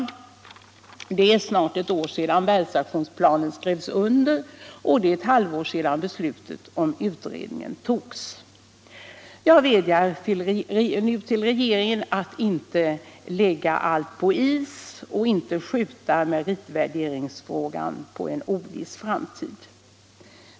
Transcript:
Det är snart ett år sedan världsaktionsplanen skrevs under och ett halvår sedan beslutet om utredningen togs. Jag vädjar nu till regeringen att inte lägga allt på is och inte skjuta meritvärderingsfrågan på en oviss framtid.